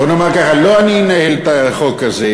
בוא נאמר ככה, לא אני אנהל את החוק הזה.